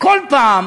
כל פעם